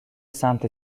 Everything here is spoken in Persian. سمت